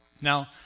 Now